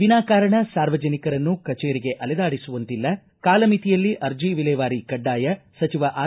ವಿನಾಕಾರಣ ಸಾರ್ವಜನಿಕರನ್ನು ಕಚೇರಿಗೆ ಅಲೆದಾಡಿಸುವಂತಿಲ್ಲ ಕಾಲಮಿತಿಯಲ್ಲಿ ಅರ್ಜಿ ವಿಲೇವಾರಿ ಕಡ್ಡಾಯ ಸಚಿವ ಆರ್